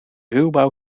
ruwbouw